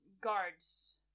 guards